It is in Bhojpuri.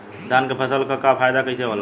धान क फसल क फायदा कईसे होला?